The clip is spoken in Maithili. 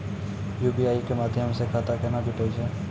यु.पी.आई के माध्यम से खाता केना जुटैय छै?